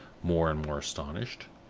more and more astonished.